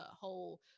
whole